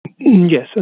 Yes